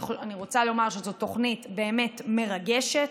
אני רוצה לומר שזו תוכנית באמת מרגשת,